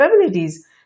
capabilities